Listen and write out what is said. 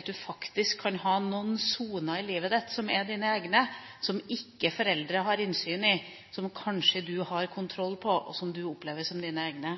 at du faktisk kan ha noen soner i livet ditt som er dine egne, som ikke foreldre har innsyn i, og som kanskje du har kontroll på, og som du opplever som dine egne.